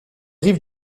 rives